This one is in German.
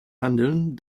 handeln